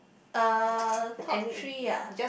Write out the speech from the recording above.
uh top three ah